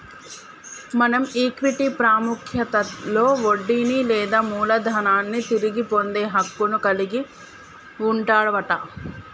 మనం ఈక్విటీ పాముఖ్యతలో వడ్డీని లేదా మూలదనాన్ని తిరిగి పొందే హక్కును కలిగి వుంటవట